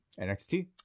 nxt